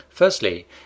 Firstly